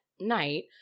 night